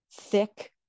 thick